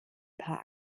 paar